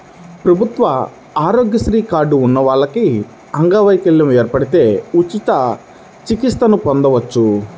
ప్రభుత్వ ఆరోగ్యశ్రీ కార్డు ఉన్న వాళ్లకి అంగవైకల్యం ఏర్పడితే ఉచిత చికిత్స పొందొచ్చు